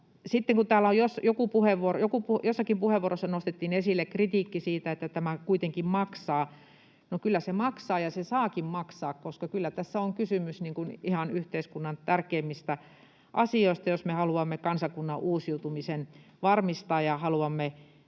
Sitten täällä jossakin puheenvuorossa nostettiin esille kritiikki siitä, että tämä kuitenkin maksaa. No, kyllä se maksaa, ja se saakin maksaa, koska kyllä tässä on kysymys ihan yhteiskunnan tärkeimmistä asioista. Jos me haluamme kansakunnan uusiutumisen varmistaa ja haluamme